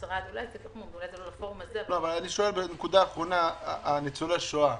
זה פוגע בניצולי השואה?